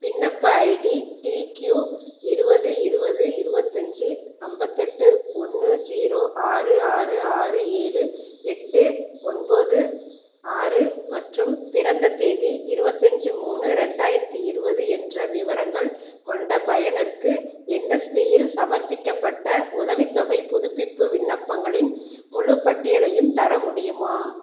விண்ணப்ப ID T Q இருபது இருபது இருபத்தஞ்சி ஐம்பத்தெட்டு ஒன்று ஜீரோ ஆறு ஆறு ஆறு ஏழு எட்டு ஒன்பது ஆறு மற்றும் பிறந்த தேதி இருபத்தஞ்சி மூணு ரெண்டாயிரத்தி இருபது என்ற விவரங்கள் கொண்ட பயனருக்கு என்எஸ்பியில் சமர்ப்பிக்கப்பட்ட உதவித்தொகைப் புதுப்பிப்பு விண்ணப்பங்களின் முழுப்பட்டியலையும் தர முடியுமா